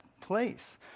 place